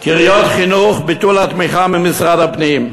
קריות חינוך, ביטול התמיכה ממשרד הפנים,